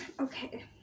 okay